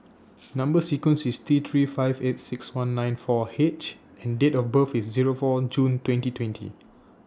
Number sequence IS T three five eight six one nine four H and Date of birth IS Zero four June twenty twenty